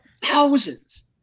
thousands